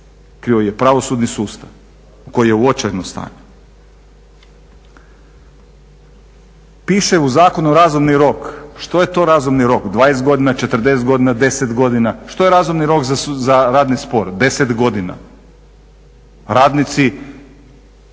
kriv je pravosudni sustav koji je u očajnom stanju. Piše u zakonu razumni rok, što je to razumni rok? 20 godina, 40 godina, 10 godina, što je razumni rok za radni spor 10 godina? Radnici,